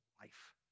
life